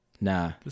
Nah